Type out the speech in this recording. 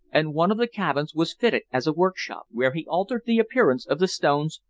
and one of the cabins was fitted as a workshop, where he altered the appearance of the stones,